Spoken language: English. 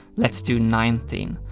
let's do nineteen.